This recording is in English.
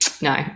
No